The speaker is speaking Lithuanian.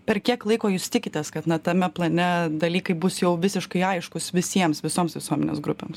per kiek laiko jūs tikitės kad na tame plane dalykai bus jau visiškai aiškūs visiems visoms visuomenės grupėms